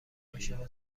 عاشق